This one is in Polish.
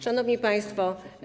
Szanowni Państwo!